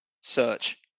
search